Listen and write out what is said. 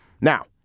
now